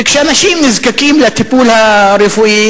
וכשאנשים נזקקים לטיפול הרפואי,